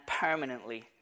permanently